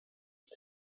die